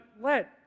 let